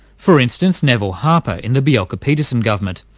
for instance, neville harper in the bjelke-petersen government,